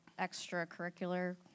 extracurricular